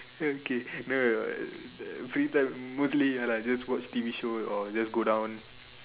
okay no no no uh the free time mostly ya lah just watch T_V shows or just go down